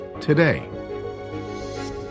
today